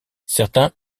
certaines